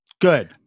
Good